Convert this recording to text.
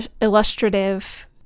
illustrative